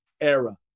era